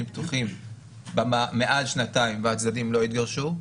פתוחים מעל שנתיים והצדדים לא התגרשו.